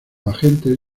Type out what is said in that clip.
agentes